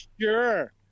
Sure